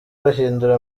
bahindura